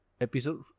episode